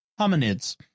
hominids